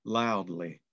loudly